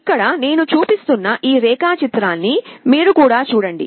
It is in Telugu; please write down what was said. ఇక్కడ నేను చూపిస్తున్న ఈ రేఖాచిత్రాన్ని మీరు కూడా చూడండి